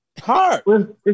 hard